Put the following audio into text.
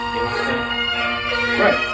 right